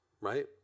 right